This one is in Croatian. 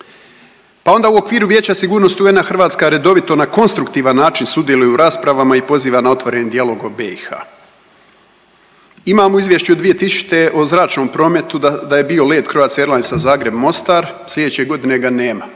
Pa onda u okviru Vijeća sigurnosti UN-a Hrvatska redovito na konstruktivan način sudjeluje u raspravama i poziva na otvoreni dijalog o BiH. Imamo u Izvješću 2000. o zračnom prometu da je bio let Croatia Airlinesa Zagreb-Mostar, sljedeće godine ga nema,